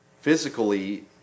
Physically